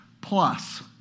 plus